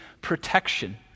protection